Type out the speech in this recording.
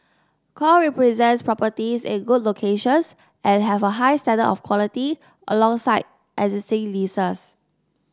core represents properties in good locations and have a high standard of quality alongside existing leases